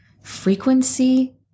frequency